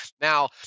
Now